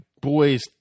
boys